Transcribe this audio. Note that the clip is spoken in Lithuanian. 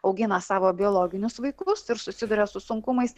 augina savo biologinius vaikus ir susiduria su sunkumais